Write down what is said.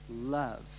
love